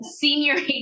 senior